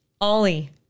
Ollie